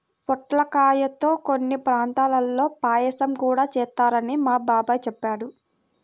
పొట్లకాయల్తో కొన్ని ప్రాంతాల్లో పాయసం గూడా చేత్తారని మా బాబాయ్ చెప్పాడు